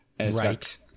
Right